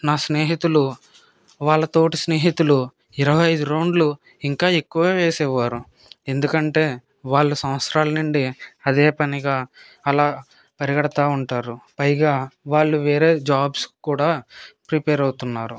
నా స్నేహితులు వాళ్ళ తోటి స్నేహితులు ఇరవై ఐదు రౌండ్లు ఇంకా ఎక్కువే వేసేవారు ఎందుకంటే వాళ్ళు సంవత్సరాల నుండి అదే పనిగా అలా పరిగెడుతా ఉంటారు పైగా వాళ్ళు వేరే జాబ్స్కి కూడా ప్రిపేర్ అవుతూ ఉన్నారు